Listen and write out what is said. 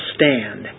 stand